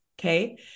Okay